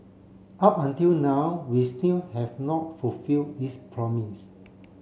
up until now we still have not fulfill this promise